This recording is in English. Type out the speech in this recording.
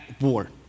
war